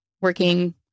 working